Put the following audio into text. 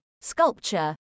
sculpture